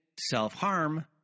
self-harm